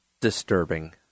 disturbing